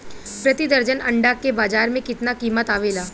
प्रति दर्जन अंडा के बाजार मे कितना कीमत आवेला?